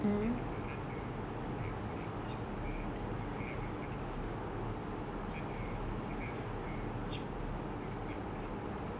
then they will run the that that fish water into the hydroponic system so the minerals from the fish poop go into the plants